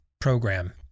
program